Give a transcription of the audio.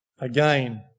Again